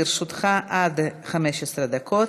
לרשותך עד 15 דקות,